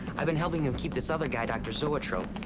i've been helping him keep this other guy, dr. zoetrope,